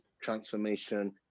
transformation